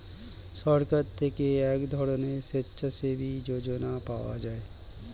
সরকার থেকে এক ধরনের স্বেচ্ছাসেবী যোজনা পাওয়া যায়